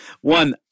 one